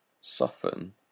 soften